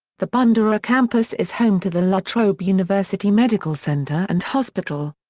the bundoora campus is home to the la trobe university medical centre and hospital.